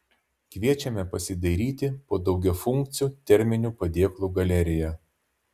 kviečiame pasidairyti po daugiafunkcių teminių padėklų galeriją